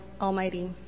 Almighty